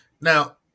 Now